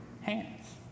hands